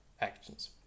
actions